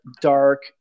dark